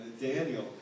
Daniel